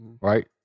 Right